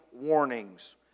warnings